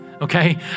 okay